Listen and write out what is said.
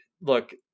look